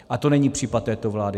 A to není případ této vlády.